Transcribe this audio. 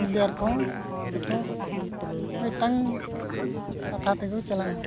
player ᱠᱚᱦᱚᱸ ᱡᱚᱛᱚ ᱢᱤᱫᱴᱟᱝ ᱠᱟᱛᱷᱟ ᱛᱮᱠᱚ ᱪᱟᱞᱟᱜᱼᱟ